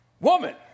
Woman